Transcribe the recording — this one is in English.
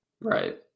Right